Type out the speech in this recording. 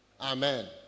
Amen